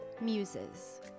Muses